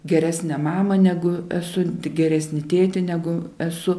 geresnę mamą negu esu tik geresnį tėtį negu esu